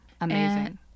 Amazing